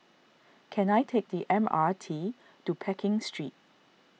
can I take the M R T to Pekin Street